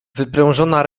wyprężona